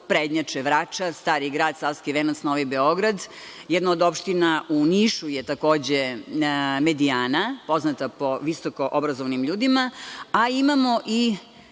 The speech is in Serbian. prednjače Vračar, Stari Grad, Savski Venac, Novi Beograd. Jedna od opština u Nišu je takođe Medijana, poznata po visokoobrazovanim ljudima. Imamo i